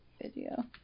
video